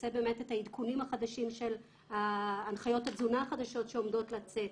רוצה באמת את העדכונים החדשים של הנחיות התזונה החדשות שעומדות לצאת,